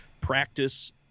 practice